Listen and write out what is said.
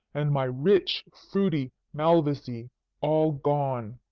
and my rich, fruity malvoisie all gone!